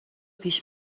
پیش